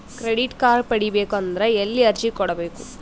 Credit card ಪಡಿಬೇಕು ಅಂದ್ರ ಎಲ್ಲಿ ಅರ್ಜಿ ಕೊಡಬೇಕು?